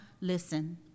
listen